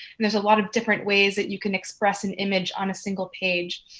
there is a lot of different ways that you can express an image on a single page.